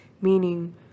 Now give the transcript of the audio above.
meaning